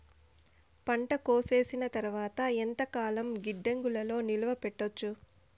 పంట కోసేసిన తర్వాత ఎంతకాలం గిడ్డంగులలో నిలువ పెట్టొచ్చు?